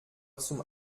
zum